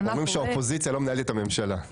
-- ואומרים שהאופוזיציה לא מנהלת את הממשלה,